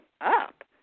up